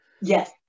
Yes